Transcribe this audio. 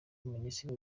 ministre